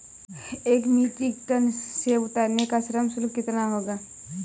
एक metric ton सेव उतारने का श्रम शुल्क कितना होगा?